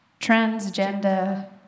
transgender